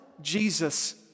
Jesus